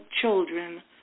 children